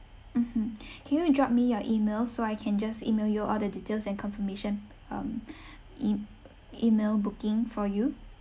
mmhmm can you drop me your email so I can just email you all the details and confirmation um em~ email booking for you